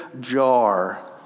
jar